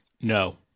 No